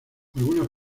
algunas